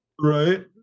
right